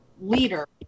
leader